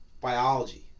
biology